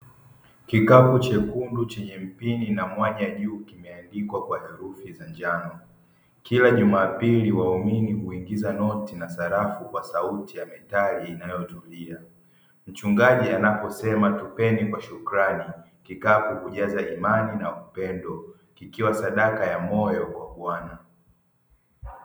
Kikapu chekundu chenye mpini na mwanya juu kimeandikwa kwa herufi za njano, kila jumapili waumini huingiza noti na sarafu kwa sauti ya methali inayotumia, mchungaji anaposema tupeni kwa shukrani kikapu hujaza imani na upendo kikiwa sadaka ya moyo kwa Bwana.